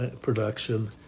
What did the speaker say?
production